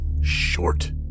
short